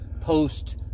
post